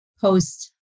post